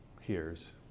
hears